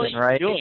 right